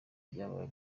byabaye